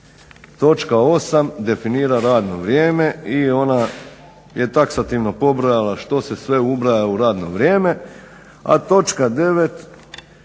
Točka 8. definira radno vrijeme i ona je taksativno pobrojala što se sve ubraja u radno vrijeme. A točka 9.